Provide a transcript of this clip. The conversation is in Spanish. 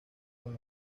con